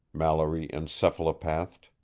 mallory encephalopathed,